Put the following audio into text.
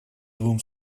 двум